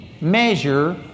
measure